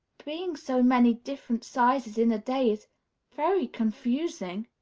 being so many different sizes in a day is very confusing.